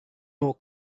more